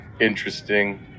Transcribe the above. Interesting